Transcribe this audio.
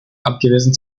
abgewiesen